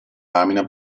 lamina